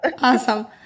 Awesome